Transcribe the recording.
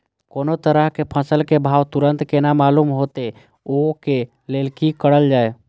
कोनो तरह के फसल के भाव तुरंत केना मालूम होते, वे के लेल की करल जाय?